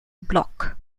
block